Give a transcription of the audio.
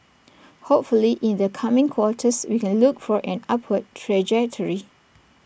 hopefully in the coming quarters we can look for an upward trajectory